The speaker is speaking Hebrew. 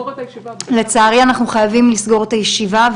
לצערי אנחנו חייבים לסגור את הישיבה,